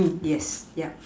yes yup